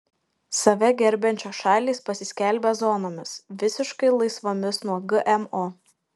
save gerbiančios šalys pasiskelbė zonomis visiškai laisvomis nuo gmo